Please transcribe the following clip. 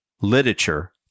literature